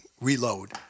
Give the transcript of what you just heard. reload